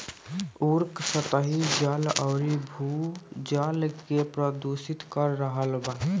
उर्वरक सतही जल अउरी भू जल के प्रदूषित कर रहल बा